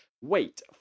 Wait